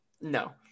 No